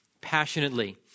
passionately